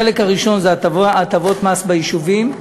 החלק הראשון הוא הטבות מס ביישובים,